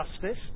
justice